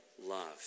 love